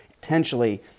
potentially